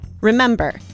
Remember